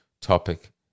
topic